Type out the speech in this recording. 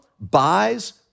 buys